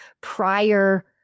prior